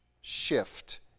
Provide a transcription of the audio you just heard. shift